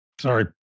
sorry